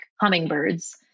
hummingbirds